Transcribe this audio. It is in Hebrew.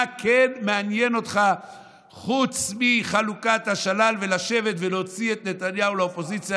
מה כן מעניין אותך חוץ מחלוקת השלל ולשבת ולהוציא את נתניהו לאופוזיציה?